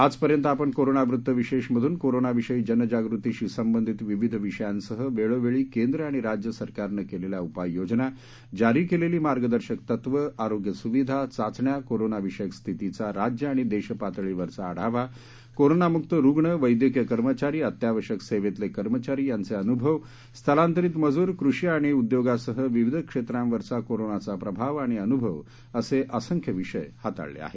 आजपर्यंत आपण कोरोनावृत्तविशेषमधून कोरोनाविषयी जनजागृतीशी संबंधित विविध विषयांसह वेळोवेळी केंद्र आणि राज्य सरकारनं केलेल्या उपाययोजना जारी केली मार्गदर्शक तत्व आरोग्य सुविधा चाचण्या कोरोनाविषक स्थितीचा राज्य आणि देशपातळीवरचा आढावा कोरोनामुक्त रूण वैद्यकीय कर्मचारी अत्यावश्यक सेवेतले कर्मचारी यांचे अनुभव स्थलांतरित मजुर कृषी आणि उद्योगासह विविध क्षेत्रांवरचा कोरोनाचा प्रभाव आणि अनुभव असे असंख्य विषय हाताळले आहेत